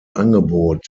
angebot